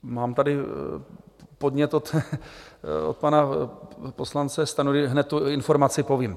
Mám tady podnět od pana poslance Stanjury, hned tu informaci povím.